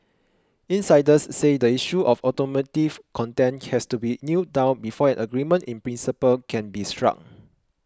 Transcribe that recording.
insiders say the issue of automotive content has to be nailed down before an agreement in principle can be struck